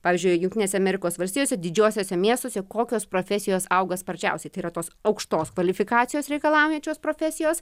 pavyzdžiui jungtinėse amerikos valstijose didžiuosiuose miestuose kokios profesijos auga sparčiausiai tai yra tos aukštos kvalifikacijos reikalaujančios profesijos